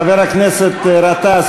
חבר הכנסת גטאס,